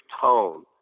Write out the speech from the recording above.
tone